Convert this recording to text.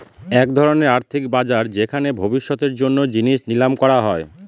এক ধরনের আর্থিক বাজার যেখানে ভবিষ্যতের জন্য জিনিস নিলাম করা হয়